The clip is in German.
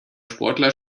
sportler